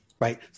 right